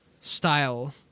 style